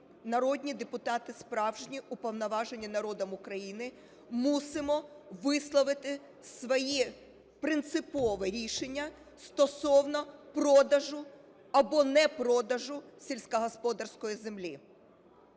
народні депутати справжні уповноважені народом України мусимо висловити своє принципове рішення стосовно продажу або непродажу сільськогосподарської землі.